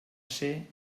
ser